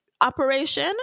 operation